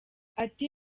ati